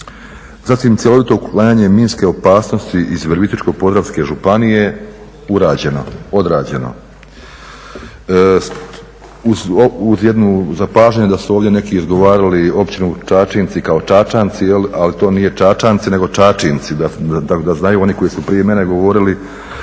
Zatim cjelovito uklanjanje minske opasnosti iz Virovitičko-podravske županije urađeno, odrađeno, uz jedno zapažanje da su ovdje neki izgovarali Općinu Čačinci kao Čačanci ali to nije Čačanci nego Čačinci, tako da znaju oni koji su prije mene govorili